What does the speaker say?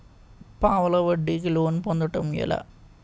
పావలా వడ్డీ కి లోన్ పొందటం ఎలా?